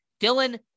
Dylan